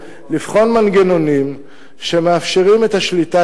לבחון מנגנונים שמאפשרים את השליטה.